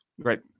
Right